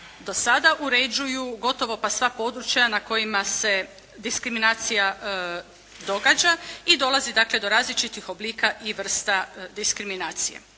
do sada uređuju gotovo pa sva područja na kojima se diskriminacija događa i dolazi dakle, do različitih oblika i vrsta diskriminacija.